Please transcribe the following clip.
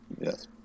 Yes